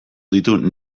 ditu